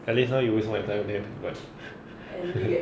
at least now you waste my time can like